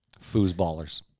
Foosballers